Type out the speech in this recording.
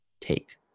take